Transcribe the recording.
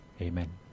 Amen